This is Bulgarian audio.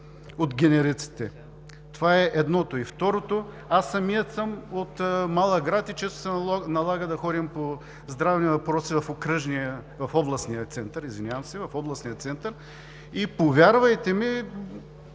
от генериците, това е едното. Второто, самият аз съм от малък град и често се налага да ходим по здравни въпроси в областния център. Повярвайте ми,